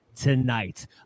tonight